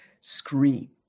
scream